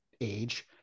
age